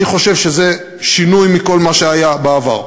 אני חושב שזה שינוי מכל מה שהיה בעבר.